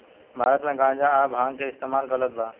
भारत मे गांजा आ भांग के इस्तमाल गलत बा